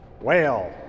whale